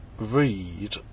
read